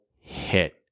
hit